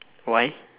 why